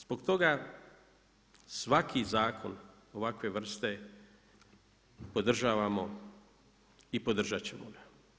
Zbog toga, svaki zakon ovakve vrste podržavamo ga i podržati ćemo ga.